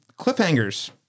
Cliffhangers